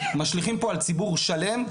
משליכים פה על ציבור שלהם,